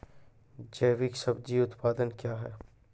जैविक सब्जी उत्पादन क्या हैं?